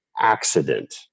accident